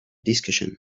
discussion